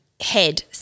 head